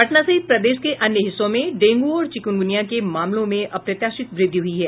पटना सहित प्रदेश के अन्य हिस्सों में डेंगू और चिकुनगुनिया के मामलों में अप्रत्याशित वृद्धि हुई है